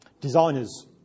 Designers